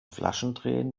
flaschendrehen